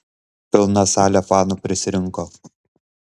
pilna salė fanų prisirinko